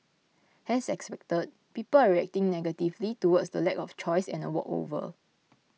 as expected people are reacting negatively towards the lack of choice and a walkover